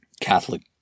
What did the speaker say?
catholic